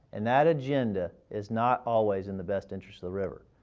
and that agenda is not always in the best interests of the river.